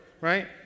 right